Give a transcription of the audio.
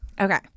Okay